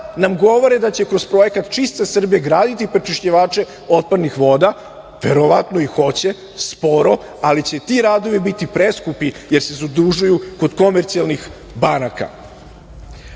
nam govore da će kroz projekat „Čista Srbija“ graditi prečišćivači otpadnih voda, verovatno i hoće, sporo, ali će ti radovi biti preskupi jer se zadužuju kod komercijalnih banaka. Kada